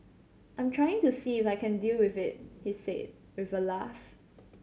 I'm trying to see if I can deal with it he said with a laugh